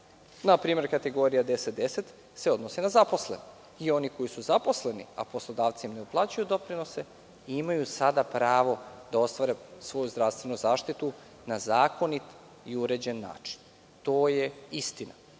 Na primer, kategorija 1010 se odnosi na zaposlene i oni koji su zaposleni, a poslodavci im ne uplaćuju doprinose, imaju sada pravo da ostvare svoju zdravstvenu zaštitu na zakonit i uređen način. To je istina